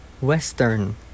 Western